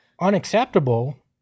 unacceptable